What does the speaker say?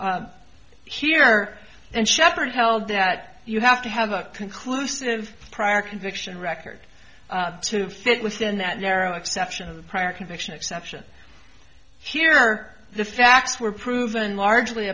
here here and shepherd held that you have to have a conclusive prior conviction record to fit within that narrow exception of the prior conviction exception here are the facts were proven largely